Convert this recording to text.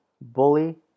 Bully